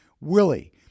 Willie